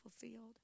fulfilled